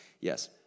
yes